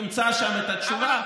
תמצא שם את התשובה.